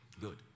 Good